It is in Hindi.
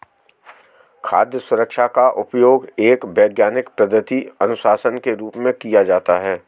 खाद्य सुरक्षा का उपयोग एक वैज्ञानिक पद्धति अनुशासन के रूप में किया जाता है